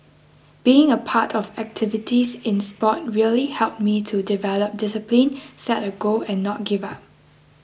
being a part of activities in sport really helped me to develop discipline set a goal and not give up